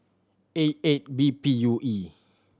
A eight B P U E